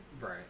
Right